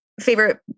favorite